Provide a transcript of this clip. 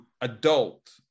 adult